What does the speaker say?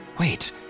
Wait